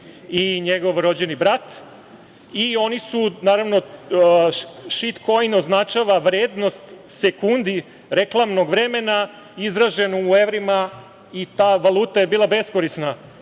i njegov rođeni brat. Šitkoin označava vrednost sekundi reklamnog vremena izražen u evrima i ta valuta je bila beskorisna